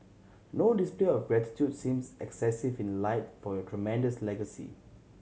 no display of gratitude seems excessive in light for your tremendous legacy